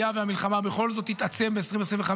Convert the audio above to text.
היה והמלחמה בכל זאת תתעצם ב-2025,